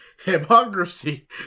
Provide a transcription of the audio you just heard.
hypocrisy